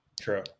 True